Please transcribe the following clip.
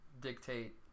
dictate